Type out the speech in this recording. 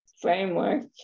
framework